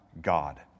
God